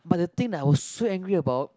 but the thing I was so angry about